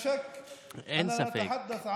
אין ספק,